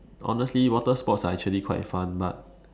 honestly water sports are actually quite fun but